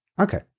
Okay